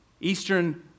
Eastern